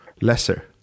lesser